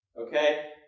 okay